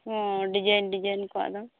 ᱚ design design ᱠᱚᱣᱟᱜ ᱫᱚ